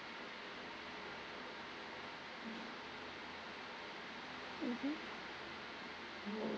mmhmm